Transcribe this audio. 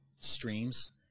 streams